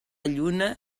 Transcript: lluna